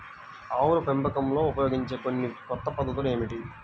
ఆవుల పెంపకంలో ఉపయోగించే కొన్ని కొత్త పద్ధతులు ఏమిటీ?